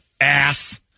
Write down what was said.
ass